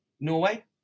Norway